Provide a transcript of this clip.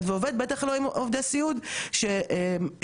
שעובדים גם בהעסקה פרטית וגם אצל חברת הסיעוד,